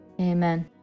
amen